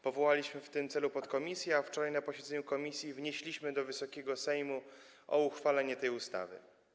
Powołaliśmy w tym celu podkomisję, a wczoraj na posiedzeniu komisji wnieśliśmy do Wysokiego Sejmu o uchwalenie tej ustawy.